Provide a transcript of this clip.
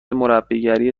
مربیگری